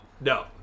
No